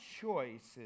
choices